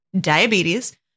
diabetes